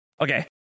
Okay